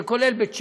כולל בית שאן,